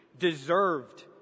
deserved